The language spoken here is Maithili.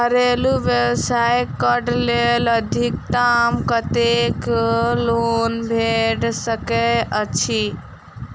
घरेलू व्यवसाय कऽ लेल अधिकतम कत्तेक लोन भेट सकय छई?